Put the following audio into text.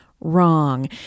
wrong